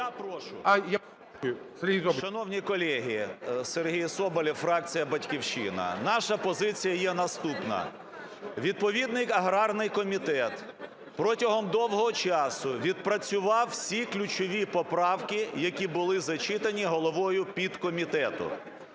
С.В. Шановні колеги! Сергій Соболєв, фракція "Батьківщина". Наша позиція є наступна. Відповідний аграрний комітет протягом довгого часу відпрацював всі ключові поправки, як були зачитані головою підкомітету.